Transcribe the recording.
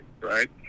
right